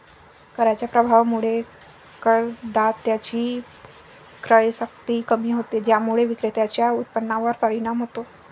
कराच्या प्रभावामुळे करदात्याची क्रयशक्ती कमी होते, ज्यामुळे विक्रेत्याच्या उत्पन्नावर परिणाम होतो